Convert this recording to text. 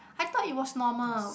I thought it was normal